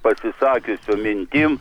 pasisakiusių mintims